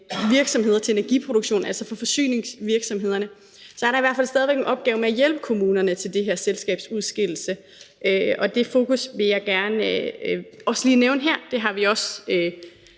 virksomheder til energiproduktion, altså forsyningsvirksomhederne, er der i hvert fald stadig væk en opgave med at hjælpe kommunerne til den her selskabsudskillelse, og det fokus vil jeg gerne også lige nævne her. Det har vi også